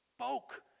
spoke